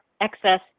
excess